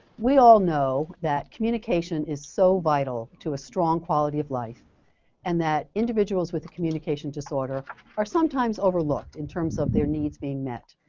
we all know that communication is so vital to a strong quality of life and that individuals with communication disorders are sometimes overlooked in terms of their needs being met.